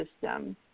system